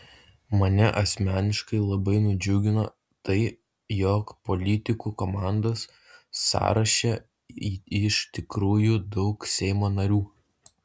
mane asmeniškai labai nudžiugino tai jog politikų komandos sąraše iš tikrųjų daug seimo narių